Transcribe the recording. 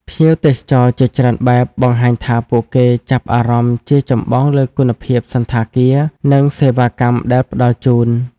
ភ្ញៀវទេសចរជាច្រើនបែបបង្ហាញថាពួកគេចាប់អារម្មណ៍ជាចម្បងលើគុណភាពសណ្ឋាគារ និងសេវាកម្មដែលផ្តល់ជូន។